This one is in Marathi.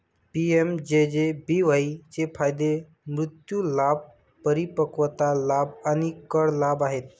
पी.एम.जे.जे.बी.वाई चे फायदे मृत्यू लाभ, परिपक्वता लाभ आणि कर लाभ आहेत